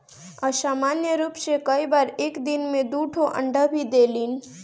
असामान्य रूप में कई बार एक दिन में दू ठो अंडा भी देलिन